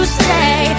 stay